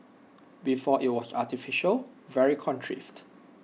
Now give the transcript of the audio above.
before IT was artificial very contrived